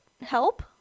help